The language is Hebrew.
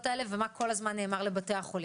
האלה ומה כל הזמן נאמר לבתי החולים.